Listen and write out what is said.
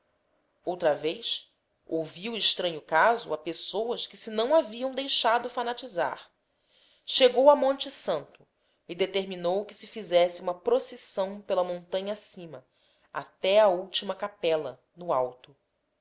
outra vez ouvi o estranho caso a pessoas que se não haviam deixado fanatizar chegou a monte santo e determinou que se fizesse uma procissão pela montanha acima até a última capela no alto